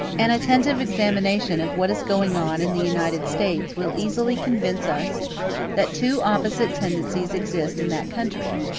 an attentive examination of what is going on in the united states will easily convince us that two opposite tendencies exist in that country,